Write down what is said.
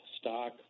stock